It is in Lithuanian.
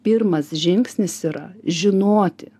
pirmas žingsnis yra žinoti